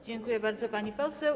Dziękuję bardzo, pani poseł.